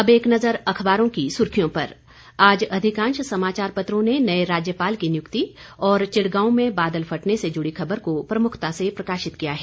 अब एक नजर अखबारों की सुर्खियों पर आज अधिकांश समाचार पत्रों ने नए राज्यपाल की नियुक्ति और चिड़गांव में बादल फटने से जुड़ी खबर को प्रमुखता से प्रकाशित किया है